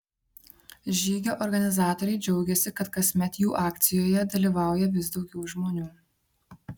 žygio organizatoriai džiaugiasi kad kasmet jų akcijoje dalyvauja vis daugiau žmonių